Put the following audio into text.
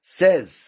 says